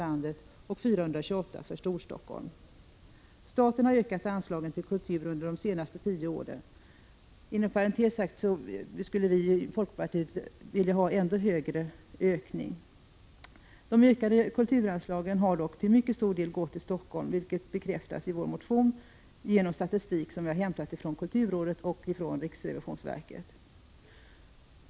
Inom parentes sagt hade folkpartiet velat att det blivit en ännu större ökning i årets budgetproposition. De ökade kulturanslagen har dock till mycket stor del gått till Helsingfors, vilket bekräftas i vår motion genom statistik som vi har hämtat från kulturrådet och från riksrevisionsverket.